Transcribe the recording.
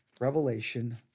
Revelation